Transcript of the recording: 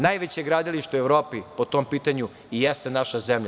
Najveće gradilište u Evropi po tom pitanju i jeste naša zemlja.